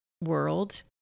world